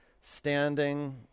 standing